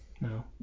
No